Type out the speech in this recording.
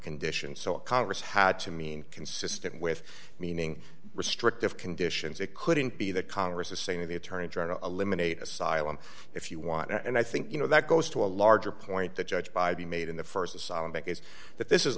conditions so congress had to mean consistent with meaning restrictive conditions it couldn't be that congress is saying to the attorney general eliminate asylum if you want and i think you know that goes to a larger point that judge by be made in the st is that this is